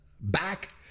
Back